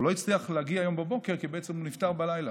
הוא לא הצליח להגיע היום בבוקר כי בעצם הוא נפטר בלילה.